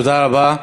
תודה רבה.